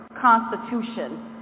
constitution